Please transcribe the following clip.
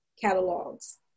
catalogs